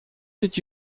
did